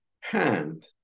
hand